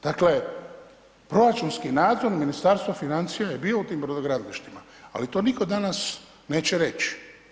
Dakle, proračunski nadzor Ministarstva financija je bio u tim brodogradilištima, ali to nitko danas neće reći.